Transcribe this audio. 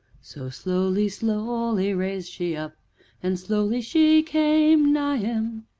so, slowly, slowly rase she up and slowly she came nigh him,